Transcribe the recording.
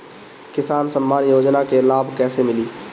किसान सम्मान योजना के लाभ कैसे मिली?